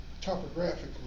topographically